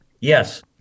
Yes